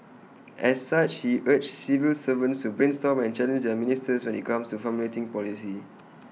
as such he urged civil servants to brainstorm and challenge their ministers when IT comes to formulating policy